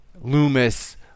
Loomis